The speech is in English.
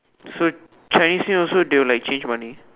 so Chinese new year also they will like change money